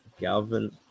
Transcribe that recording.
galvan